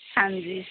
ਹਾਂਜੀ